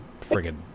friggin